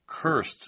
Cursed